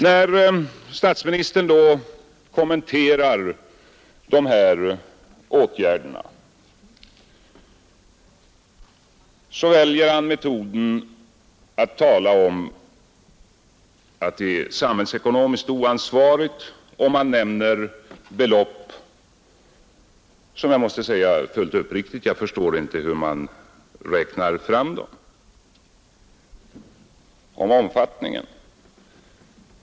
När statsministern kommenterar de här åtgärderna väljer han metoden att påstå att det är samhällsekonomiskt oansvarigt och nämner när han talar om deras omfattning belopp som — det måste jag fullt uppriktigt säga — jag inte förstår hur man räknar fram.